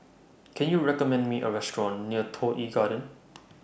Can YOU recommend Me A Restaurant near Toh Yi Garden